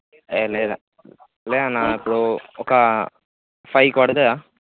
ఏ లేద లేదన్న ఇప్పుడు ఒక ఫైవ్కి పడుతుందా